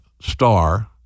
star